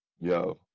Yo